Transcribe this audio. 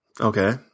Okay